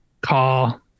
call